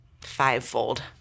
fivefold